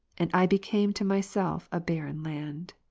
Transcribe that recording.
and i became to myself a barren land.